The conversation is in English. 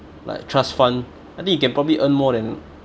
like trust fund I think you can probably earn more than